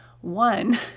one